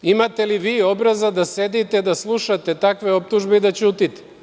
Imate li vi obraza da sedite, da slušate takve optužbe i da ćutite?